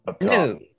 No